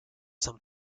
some